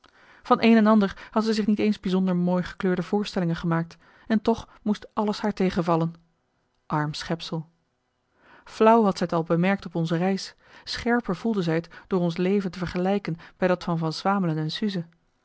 van een en ander had zij zich niet eens bijzonder mooi gekleurde voorstellingen gemaakt en toch moest alles haar tegenvallen arm schepsel flauw had zij t al bemerkt op onze reis scherper voelde zij t door ons leven te vergelijken bij dat van van swamelen en suze